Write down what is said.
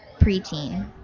preteen